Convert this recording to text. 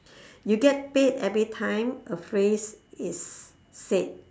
you get paid everytime a phrase is said